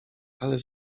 ale